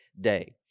day